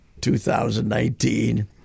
2019